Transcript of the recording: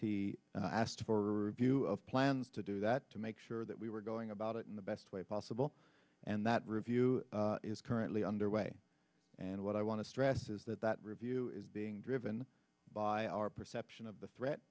he asked for a view of plans to do that to make sure that we were going about it in the best way possible and that review is currently underway and what i want to stress is that that review is being driven by our perception of the threat